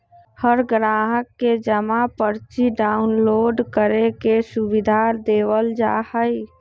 हर ग्राहक के जमा पर्ची डाउनलोड करे के सुविधा देवल जा हई